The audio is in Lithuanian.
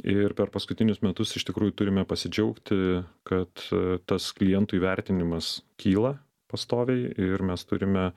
ir per paskutinius metus iš tikrųjų turime pasidžiaugti kad tas klientų įvertinimas kyla pastoviai ir mes turime